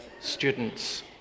students